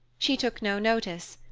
she took no notice,